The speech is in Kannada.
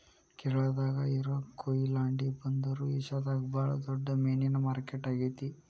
ಕೇರಳಾದಾಗ ಇರೋ ಕೊಯಿಲಾಂಡಿ ಬಂದರು ಏಷ್ಯಾದಾಗ ಬಾಳ ದೊಡ್ಡ ಮೇನಿನ ಮಾರ್ಕೆಟ್ ಆಗೇತಿ